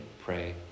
pray